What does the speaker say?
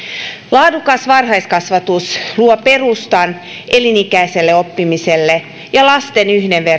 laadukas varhaiskasvatus luo perustan elinikäiselle oppimiselle ja lasten